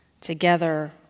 together